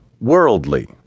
Worldly